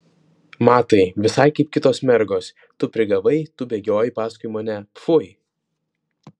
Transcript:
matai visai kaip kitos mergos tu prigavai tu bėgiojai paskui mane pfui